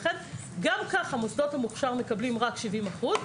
לכן גם ככה מוסדות המוכש"ר מקבלים רק 70%,